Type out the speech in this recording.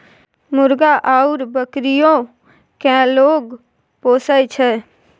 मुर्गा आउर बकरीयो केँ लोग पोसय छै